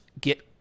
get